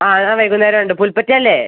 ആ ഞാൻ വൈകുന്നേരമുണ്ട് പുൽപ്പറ്റ അല്ലേ